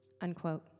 unquote